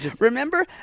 Remember